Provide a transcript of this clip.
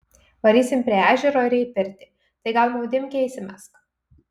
varysim prie ežero ir į pirtį tai gal maudymkę įsimesk